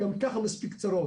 גם ככה יש לנו מספיק צרות.